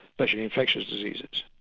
especially infectious diseases.